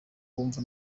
wumva